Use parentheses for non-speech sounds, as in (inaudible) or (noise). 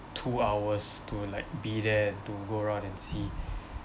two hours to like be there to go around and see (breath)